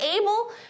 able